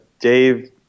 Dave